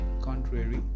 contrary